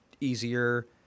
easier